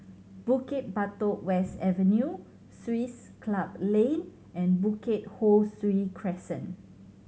Bukit Batok West Avenue Swiss Club Lane and Bukit Ho Swee Crescent